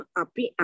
api